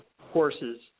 horses